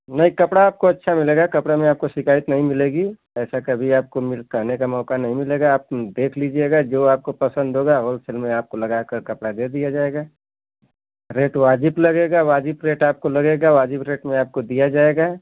नहीं कपड़ा आपको अच्छा मिलेगा कपड़ा में आपको शिकायत नहीं मिलेगी ऐसा कभी आपको मिल कहने का मौका नहीं मिलेगा आप देख लीजियेगा जो आपको पसंद होगा होलसेल में आपको लगा कर कपड़ा दे दिया जायेगा अरे तो वाजिब लगेगा वाजिब रेट आपको लगेगा वाजिब रेट में आपको दिया जायेगा